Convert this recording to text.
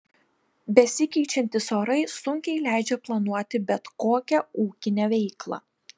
besikeičiantys orai sunkiai leidžia planuoti bet kokią ūkinę veiklą